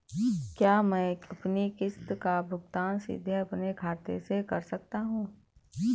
क्या मैं अपनी किश्त का भुगतान सीधे अपने खाते से कर सकता हूँ?